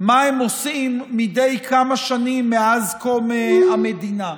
מה הם עושים מדי כמה שנים מאז קום המדינה.